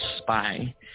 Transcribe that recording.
spy